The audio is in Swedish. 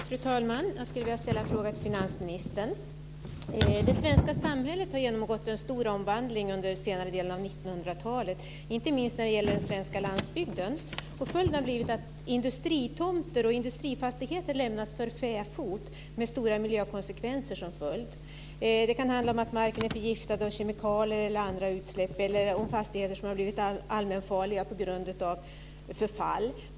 Fru talman! Jag skulle vilja ställa en fråga till finansministern. Det svenska samhället har genomgått en stor omvandling under senare delen av 1900-talet. Inte minst gäller det den svenska landsbygden. Följden har blivit att industritomter och industrifastigheter lämnas för fäfot, vilket får stora miljökonsekvenser. Det kan handla om att marken är förgiftad av kemikalier eller utsläpp. Det kan handla om fastigheter som har blivit allmänfarliga på grund av förfall.